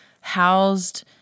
housed